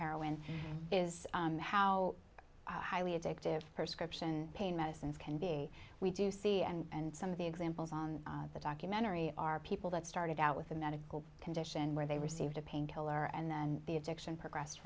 heroin is how i highly addictive per scription pain medicines can be we do see and some of the examples on the documentary are people that started out with a medical condition where they received a painkiller and then the addiction progressed